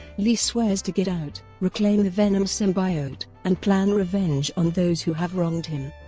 lee swears to get out, reclaim the venom symbiote, and plan revenge on those who have wronged him.